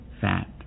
fat